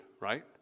right